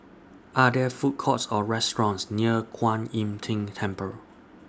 Are There Food Courts Or restaurants near Kuan Im Tng Temple